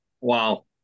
Wow